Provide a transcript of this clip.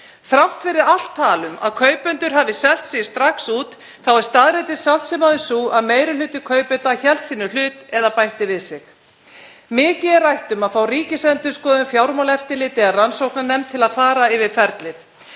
Þrátt fyrir allt tal um að kaupendur hafi selt sig strax út er staðreyndin samt sem áður sú að meiri hluti kaupenda hélt sínum hlut eða bætti við sig. Mikið er rætt um að fá Ríkisendurskoðun, Fjármálaeftirlitið eða rannsóknarnefnd til að fara yfir ferlið.